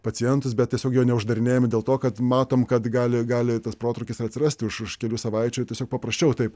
pacientus bet tiesiog jo neuždarinėjam dėl to kad matom kad gali gali tas protrūkis ir atrasti už už kelių savaičių tiesiog paprasčiau tai